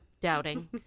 doubting